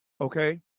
Okay